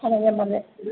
അതാണ് ഞാൻ പറഞ്ഞത്